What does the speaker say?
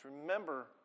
Remember